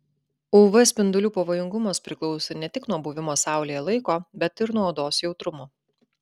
uv spindulių pavojingumas priklauso ne tik nuo buvimo saulėje laiko bet ir nuo odos jautrumo